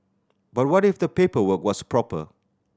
but what if the paperwork was proper